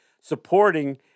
supporting